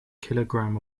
kilogram